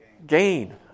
gain